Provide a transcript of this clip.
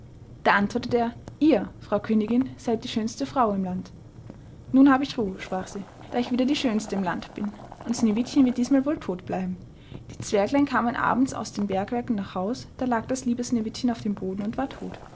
da antworte er ihr frau königin seyd die schönste frau im land nun hab ich ruhe sprach sie da ich wieder die schönste im lande bin und sneewittchen wird dies mal wohl todt bleiben die zwerglein kamen abends aus den bergwerken nach haus da lag das liebe sneewittchen auf dem boden und war todt